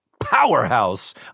powerhouse